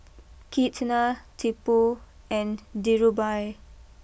Ketna Tipu and Dhirubhai